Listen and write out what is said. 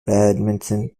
badminton